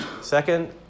Second